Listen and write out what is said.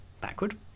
backward